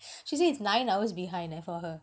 she said it's nine hours behind ah for her